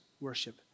worship